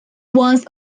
once